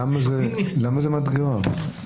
למה זה מדגרה?